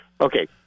okay